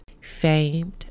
famed